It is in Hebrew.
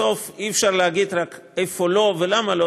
בסוף אי-אפשר להגיד רק איפה לא ולמה לא,